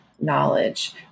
knowledge